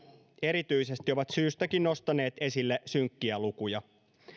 erityisesti media ovat syystäkin nostaneet esille synkkiä lukuja